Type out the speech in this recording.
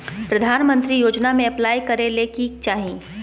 प्रधानमंत्री योजना में अप्लाई करें ले की चाही?